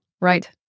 right